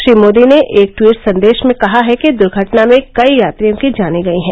श्री मोदी ने एक ट्वीट संदेश में कहा है कि दुर्घटना में कई यात्रियों की जानें गई हैं